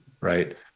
Right